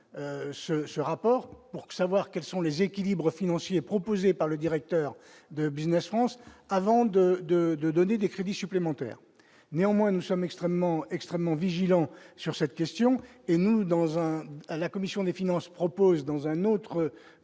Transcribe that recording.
ce rapport pour savoir quelles sont les équilibres financiers proposés par le directeur de Business France avant de, de, de donner des crédits supplémentaires, néanmoins, nous sommes extrêmement, extrêmement vigilants sur cette question et nous dans un à la commission des finances propose dans un autre,